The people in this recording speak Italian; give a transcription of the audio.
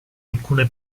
alcune